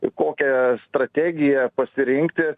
į kokią strategiją pasirinkti